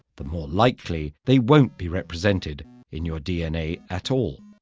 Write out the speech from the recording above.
the more likely they won't be represented in your dna at all.